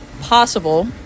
possible